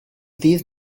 ddydd